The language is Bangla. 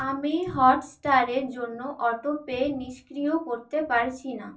আমি হটস্টারের জন্য অটোপে নিষ্ক্রিয় করতে পারছি না